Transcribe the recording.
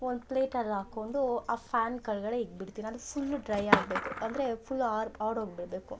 ಒಂದು ಪ್ಲೇಟ್ ಅಲ್ಲಿ ಹಾಕ್ಕೊಂಡು ಆ ಫ್ಯಾನ್ ಕೆಳಗಡೆ ಇಕ್ ಬಿಡ್ತೀನಿ ಅದು ಫುಲ್ ಡ್ರೈ ಆಗಬೇಕು ಅಂದರೆ ಫುಲ್ ಆರಿ ಹೋಗಿಬಿಡ್ಬೇಕು